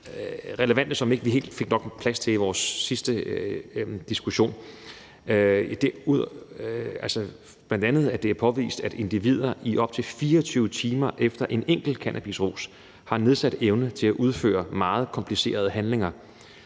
relevante, og som vi ikke fik helt nok plads til i vores sidste diskussion. Det er bl.a., at det er påvist, at individer i op til 24 timer efter en enkelt cannabisrus har nedsat evne til at udføre meget komplicerede handlinger,